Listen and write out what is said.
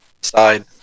side